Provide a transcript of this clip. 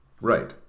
Right